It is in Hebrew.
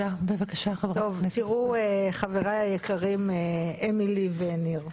חבריי היקרים אמילי וניר,